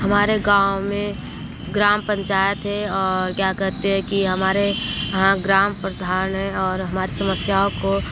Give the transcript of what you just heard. हमारे गाँव में ग्राम पंचायत है और क्या कहते हैं कि हमारे यहाँ ग्राम प्रधान है और हमारी समस्याओं को